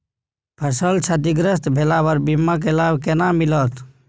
फसल क्षतिग्रस्त भेला पर बीमा के लाभ केना मिलत?